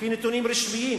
לפי נתונים רשמיים